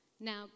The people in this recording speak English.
Now